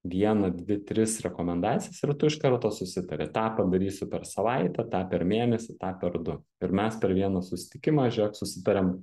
vieną dvi tris rekomendacijas ir tu iš karto susitari tą padarysiu per savaitę tą per mėnesį tą per du ir mes per vieną susitikimą žėk susitariam